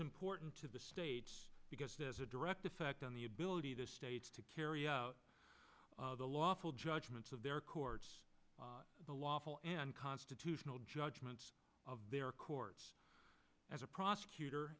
important to the states because as a direct effect on the ability of the states to carry out the lawful judgments of their courts the lawful and constitutional judgments of their courts as a prosecutor